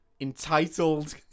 entitled